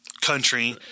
country